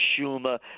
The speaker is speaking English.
Schumer